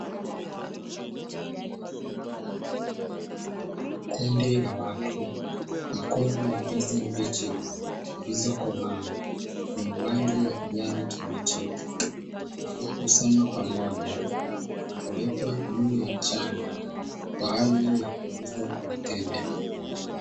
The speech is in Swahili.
Kundi la watu, mikungu ya ndizi mbichi zilizokomaa zina rangi ya kijani kibichi, iliyokusanywa pamoja, na kuwekwa juu ya mchanga kwa ajili ya kuuzwa kwa mteja.